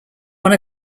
one